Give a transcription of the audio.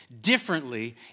differently